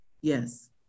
Yes